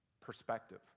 perspective